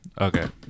Okay